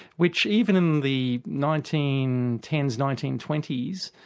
which even in the nineteen ten s, nineteen twenty s,